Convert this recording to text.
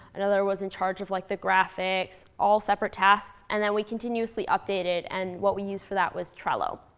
another was in charge of like the graphics, all separate tasks. and then we continuously updated. and what we used for that was trello,